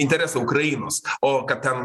interesą ukrainos o kad ten